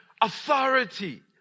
authority